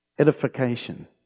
Edification